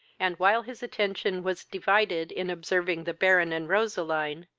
and, while his attention was divided in observing the baron and roseline,